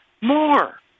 more